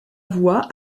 voix